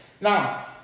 now